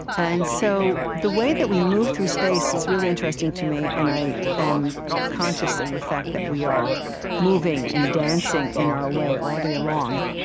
and so the way that we move through space is really interesting to me, and i am conscious of the fact that we are moving and dancing, in our way, all day long.